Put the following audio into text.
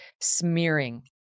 smearing